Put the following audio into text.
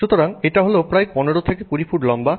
সুতরাং এটা হল প্রায় 15 20 ফুট লম্বা